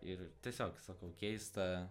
ir tiesiog sakau keista